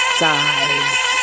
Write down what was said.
size